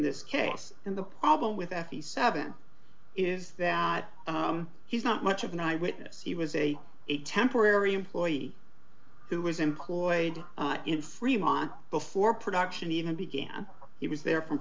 this case and the problem with efi seven is that he's not much of an eyewitness he was a a temporary employee who was employed in fremont before production even began he was there from